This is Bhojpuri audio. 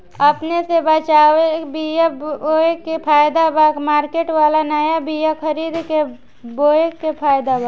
अपने से बचवाल बीया बोये मे फायदा बा की मार्केट वाला नया बीया खरीद के बोये मे फायदा बा?